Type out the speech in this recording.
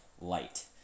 light